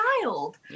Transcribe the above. child